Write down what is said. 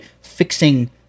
fixing